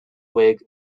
wig